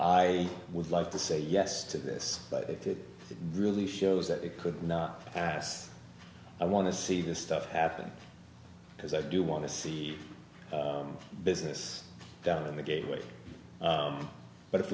i would like to say yes to this but if it really shows that it could not pass i want to see this stuff happen because i do want to see business done in the gate way but if